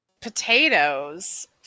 Potatoes